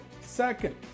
second